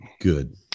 good